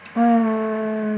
uh